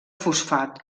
fosfat